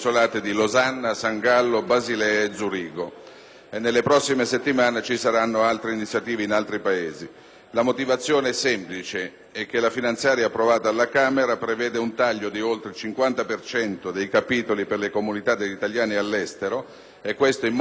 Nelle prossime settimane si svolgeranno ulteriori iniziative in altri Paesi. La motivazione è semplice. La finanziaria approvata alla Camera prevede un taglio di oltre il 50 per cento dei capitoli per le comunità di italiani all'estero. In modo particolare, ciò porterà alla chiusura